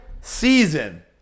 season